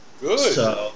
Good